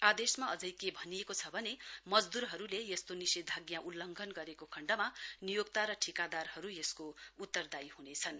आदेशमा अझै के भनिएको छ भने मजदूरहरुले यस्तो निषेधाज्ञा उल्लंघन गरेको खण्डमा नियोक्ता र ठिकादारहरु यसको उत्तरदायी हुनेछन्